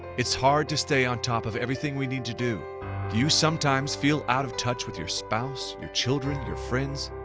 it's hard to stay on top of everything we need to do. do you sometimes feel out of touch with your spouse, your children, your friends,